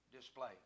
display